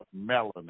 melanin